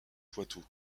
poitou